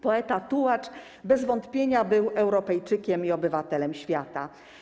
Poeta-tułacz bez wątpienia był Europejczykiem i obywatelem świata.